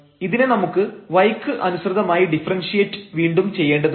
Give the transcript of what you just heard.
ഇതിനെ നമുക്ക് y ക്ക് അനുസൃതമായി ഡിഫറെൻഷിയേറ്റ് വീണ്ടും ചെയ്യേണ്ടതുണ്ട്